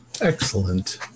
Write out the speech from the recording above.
Excellent